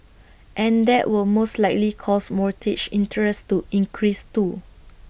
and that will most likely cause mortgage interest to increase too